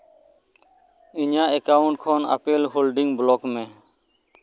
ᱤᱧᱟᱜ ᱮᱠᱟᱣᱩᱱᱴ ᱠᱷᱚᱱ ᱟᱯᱮᱞ ᱦᱳᱞᱰᱤᱝ ᱵᱞᱚᱠ ᱢᱮ